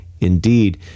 indeed